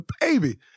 baby